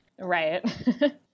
Right